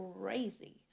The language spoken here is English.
crazy